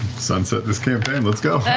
sunset this campaign, let's go.